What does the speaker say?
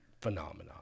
phenomenon